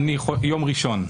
יום ראשון.